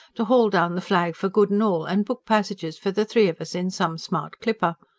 to haul down the flag for good and all, and book passages for the three of us in some smart clipper.